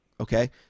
Okay